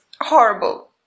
horrible